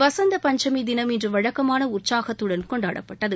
வசந்த பஞ்சமி தினம் இன்ற வழக்கமான உற்சாகத்துடன் கொண்டாடப்பட்டது